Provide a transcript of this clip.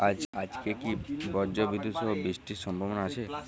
আজকে কি ব্রর্জবিদুৎ সহ বৃষ্টির সম্ভাবনা আছে?